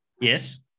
Yes